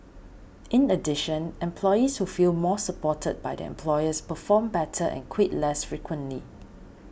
in addition employees who feel more supported by their employers perform better and quit less frequently